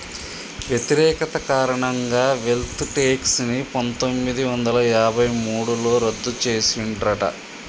వ్యతిరేకత కారణంగా wealth tax ని పందొమ్మిది వందల యాభై మూడులో రద్దు చేసిండ్రట